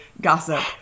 gossip